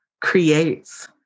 creates